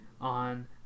on